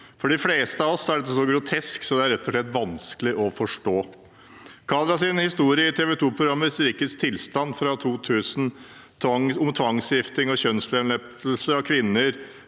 For de fleste av oss er dette så grotesk at det rett og slett er vanskelig å forstå. Kadras historie i TV 2-programmet Rikets tilstand fra 2000 om tvangsgifting og kjønnslemlestelse av kvinner